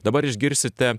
dabar išgirsite